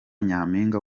nyampinga